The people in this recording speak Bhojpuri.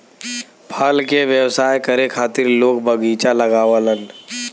फल के व्यवसाय करे खातिर लोग बगीचा लगावलन